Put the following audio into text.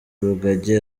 rugagi